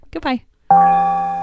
Goodbye